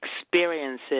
experiences